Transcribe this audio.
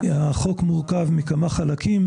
החוק מורכב מכמה מחלקים: